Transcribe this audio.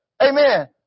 Amen